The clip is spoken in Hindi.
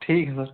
ठीक है सर